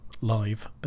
live